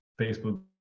Facebook